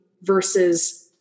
versus